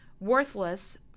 worthless